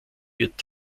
wird